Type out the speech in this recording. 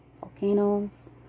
volcanoes